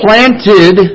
Planted